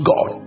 God